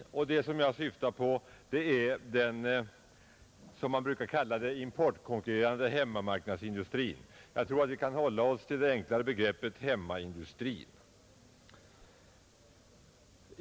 Vad jag här syftar på är det som man brukar kalla för den importkonkurrerande hemmamarknadsindustrin; jag tror att vi kan hålla oss till den enklare termen hemmaindustrin.